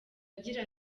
agira